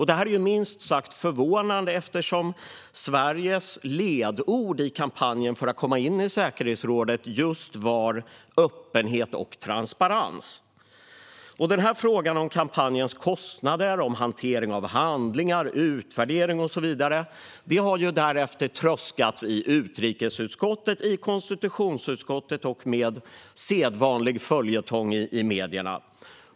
Detta är minst sagt förvånande, eftersom Sveriges ledord i kampanjen för att komma in i säkerhetsrådet var just öppenhet och transparens. Frågorna om kampanjens kostnader, hanteringen av handlingar, utvärdering och så vidare har därefter tröskats i utrikesutskottet och konstitutionsutskottet, med sedvanlig följetong i medierna.